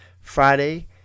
Friday